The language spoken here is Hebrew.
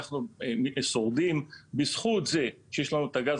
אנחנו שורדים בזכות זה שיש לנו את הגז